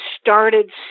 started